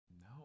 no